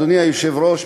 אדוני היושב-ראש,